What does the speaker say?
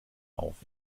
auf